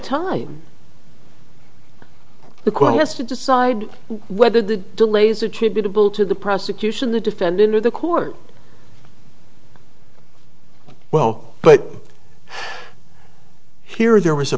quest to decide whether the delays are attributable to the prosecution the defendant or the court well but here there was a